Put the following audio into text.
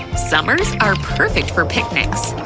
summers are perfect for picnics!